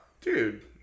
Dude